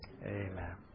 Amen